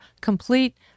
complete